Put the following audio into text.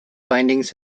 findings